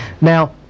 Now